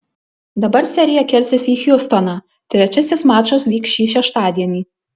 dabar serija kelsis į hjustoną trečiasis mačas vyks šį šeštadienį